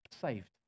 saved